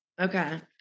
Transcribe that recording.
Okay